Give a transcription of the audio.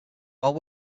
while